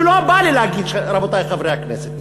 כשלא בא לי להגיד "רבותי חברי הכנסת",